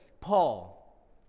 Paul